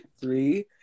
three